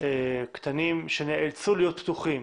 קטנים שנאלצו להיות פתוחים